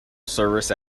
service